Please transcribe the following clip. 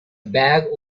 bag